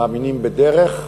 מאמינים בדרך,